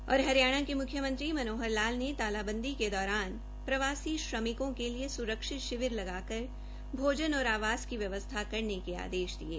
हरियाणा के मुख्यमंत्री मनोहर लाल ने तालाबंदी के दौरान प्रवासी श्रमिकों के लिए सुरक्षित शिविर लगाकर भोजन और आवास की व्यवस्था करने के आदेश दिये